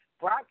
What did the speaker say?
Brock